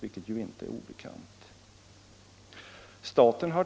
Det är ju inte obekant.